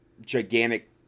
gigantic